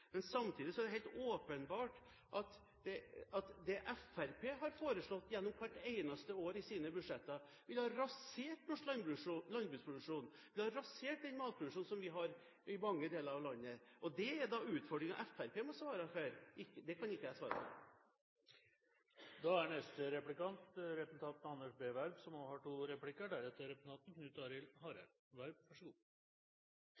Men samtidig er det helt åpenbart at det Fremskrittspartiet har foreslått gjennom hvert eneste år i sine budsjetter, ville ha rasert norsk landbruksproduksjon, det ville ha rasert den matproduksjonen vi har i mange deler av landet. Dét er da utfordringen Fremskrittspartiet må svare for, det kan ikke jeg svare for. Vi hørte tidligere denne uken Kongen holde den siste trontalen i denne perioden, dvs. før neste stortingsvalg. Da